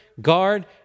guard